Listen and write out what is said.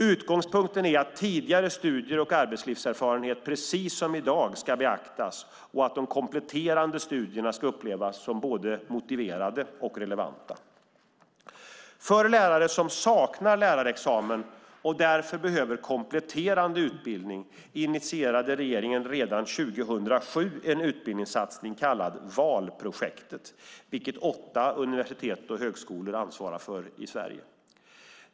Utgångspunkten är att tidigare studier och arbetslivserfarenhet, precis som i dag, ska beaktas och att de kompletterande studierna ska upplevas som både motiverade och relevanta. För lärare som saknar lärarexamen och därför behöver kompletterande utbildning initierade regeringen redan 2007 en utbildningssatsning kallad VAL-projektet, vilket åtta universitet och högskolor ansvarar för i Sverige.